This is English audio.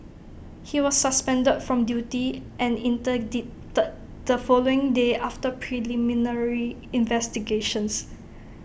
he was suspended from duty and interdicted the following day after preliminary investigations